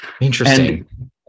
interesting